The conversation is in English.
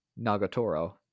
Nagatoro